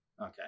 Okay